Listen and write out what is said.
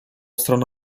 stronę